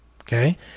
Okay